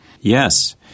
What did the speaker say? Yes